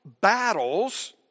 battles